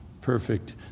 perfect